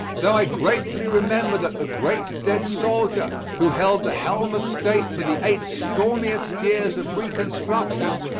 though i gratefully remember that the great dead soldier, who held the helm of state for the eight stormiest years of reconstruction,